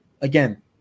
again